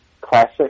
classic